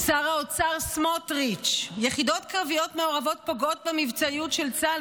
שר האוצר סמוטריץ': "יחידות קרביות מעורבות פוגעות במבצעיות של צה"ל,